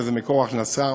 וזה מקור הכנסה,